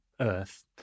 earth